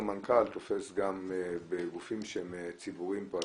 מנכ"ל תופס גם בגופים שהם ציבוריים-פרטיים,